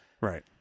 Right